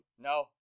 No